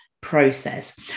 process